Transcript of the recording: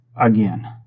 Again